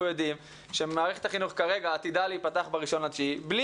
יודעים שמערכת החינוך כרגע עתידה להיפתח ב-1 בספטמבר בלי